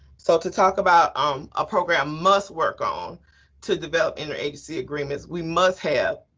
so to talk about um a program must work on to develop inter-agency agreements, we must have